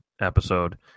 Episode